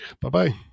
Bye-bye